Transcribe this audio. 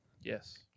Yes